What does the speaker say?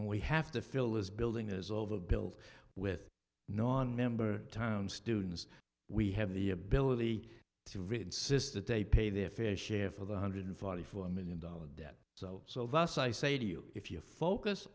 we have to fill this building as overbuilt with nonmember time students we have the ability to read insist that they pay their fair share for the hundred forty four million dollars debt so so vast i say to you if you focus